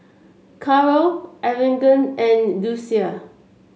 Carrol Arlington and Lucia